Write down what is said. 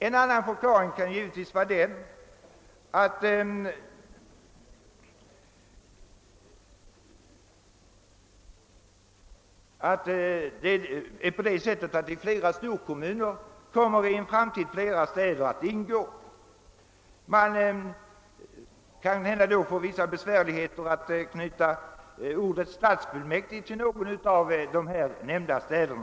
En annan förklaring kan givetvis vara att flera städer i framtiden kommer att ingå i storkommuner, och kanhända får man då vissa besvärligheter om man skall knyta ordet stadsfullmäktige till någon av dessa städer.